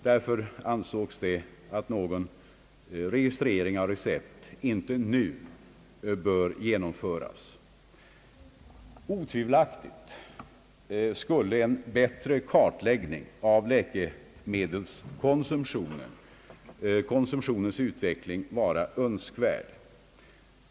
Därför ansågs det att någon registrering av recept inte nu bör genomföras. Otvivelaktigt skulle en bättre kartläggning av läkemedelskonsumtionens utveckling vara önskvärd.